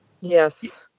Yes